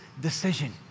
decision